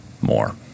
more